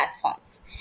platforms